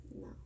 no